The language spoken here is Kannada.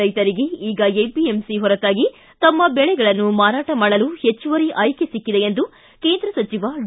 ರೈತರಿಗೆ ಈಗ ಎಪಿಎಂಸಿ ಹೊರತಾಗಿ ತಮ್ಮ ಬೆಳೆಗಳನ್ನು ಮಾರಾಟ ಮಾಡಲು ಹೆಚ್ಚುವರಿ ಆಯ್ಕೆ ಸಿಕ್ಕಿದೆ ಎಂದು ಕೇಂದ್ರ ಸಚಿವ ಡಿ